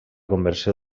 conversió